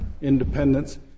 independence